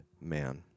man